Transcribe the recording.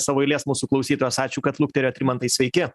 savo eilės mūsų klausytojas ačiū kad lukterėjot rimantai sveiki